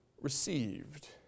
received